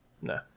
No